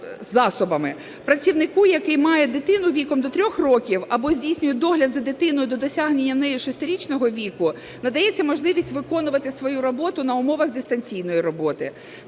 Працівнику, який має дитину віком до 3 років або здійснює догляд за дитиною до досягнення нею 6-річного віку, надається можливість виконувати свою роботу на умовах дистанційної роботи.